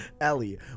Ellie